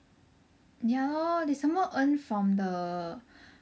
ya lor they some more earn from the